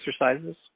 exercises